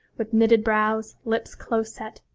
with knitted brows, lips close-set,